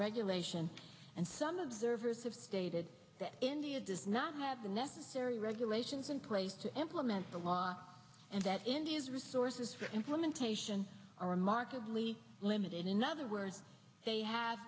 regulation and some observers have stated that does not have the necessary regulations in place to implement the law and that resources for implementation are remarkably limited in other words they have